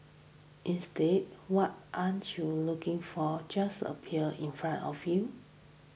instead what aren't you looking for just appear in front of you